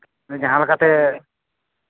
ᱡᱟᱦᱟᱸ ᱞᱮᱠᱟᱛᱮ